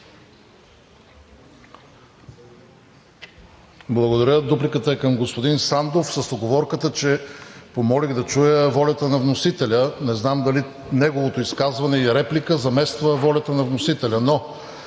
Благодаря. Дупликата е към господин Сандов с уговорката, че помолих да чуя волята на вносителя. Не знам дали неговото изказване и реплика замества волята на вносителя? Но,